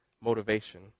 motivation